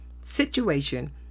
situation